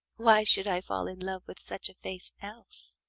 why should i fall in love with such a face else?